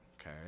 okay